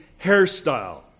hairstyle